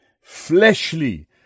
fleshly